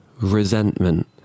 Resentment